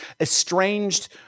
estranged